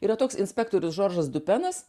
yra toks inspektorius džordžas dupenas